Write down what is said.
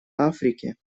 африке